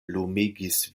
lumigis